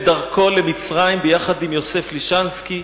בדרכו למצרים ביחד עם יוסף לישנסקי,